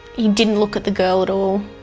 he didn't look at the girl at all,